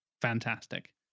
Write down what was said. fantastic